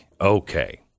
Okay